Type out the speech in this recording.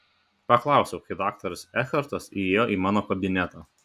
paklausiau kai daktaras ekhartas įėjo į mano kabinetą